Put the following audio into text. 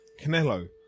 Canelo